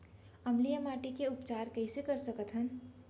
अम्लीय माटी के उपचार कइसे कर सकत हन?